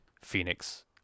Phoenix